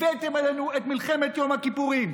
הבאתם עלינו את מלחמת יום הכיפורים,